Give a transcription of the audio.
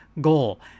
goal